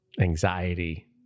anxiety